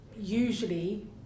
usually